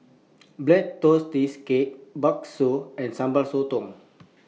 Black Tortoise Cake Bakso and Sambal Sotong